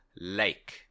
Lake